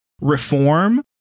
reform